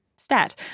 stat